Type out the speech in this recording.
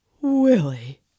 Willie